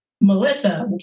Melissa